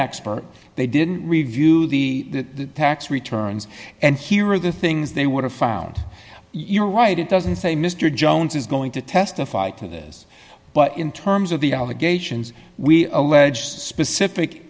expert they didn't review the tax returns and here are the things they would have found you're right it doesn't say mr jones is going to testify to this but in terms of the allegations we allege specific